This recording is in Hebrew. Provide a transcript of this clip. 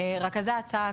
רכזי ההצעה,